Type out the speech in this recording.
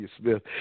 Smith